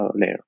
layer